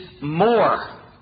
more